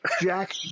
jack